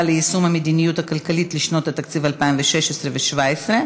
ליישום המדיניות הכלכלית לשנות התקציב 2016 ו-2017),